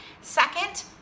second